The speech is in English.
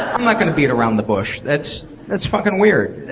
i'm not gonna beat around the bush. that's that's fucking weird.